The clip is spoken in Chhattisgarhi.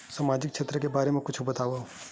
सामाजिक क्षेत्र के बारे मा कुछु बतावव?